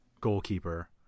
goalkeeper